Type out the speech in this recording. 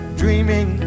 dreaming